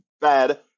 bad